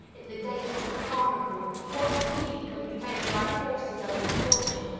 in the days of the carnival, what speed can be made by horses under torture.